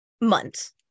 months